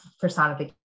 personification